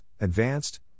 advanced